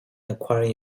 acquiring